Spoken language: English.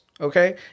okay